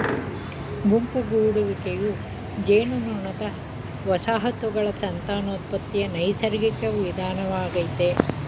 ಗುಂಪು ಗೂಡುವಿಕೆಯು ಜೇನುನೊಣದ ವಸಾಹತುಗಳ ಸಂತಾನೋತ್ಪತ್ತಿಯ ನೈಸರ್ಗಿಕ ವಿಧಾನವಾಗಯ್ತೆ